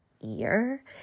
year